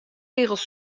rigels